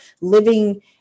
living